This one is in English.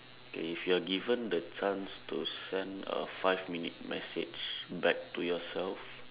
okay if you're given the chance to send a five minute message back to yourself